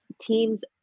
teams